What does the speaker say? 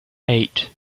eight